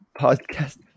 podcast